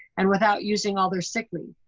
and without using all their sick leave.